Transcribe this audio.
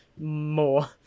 more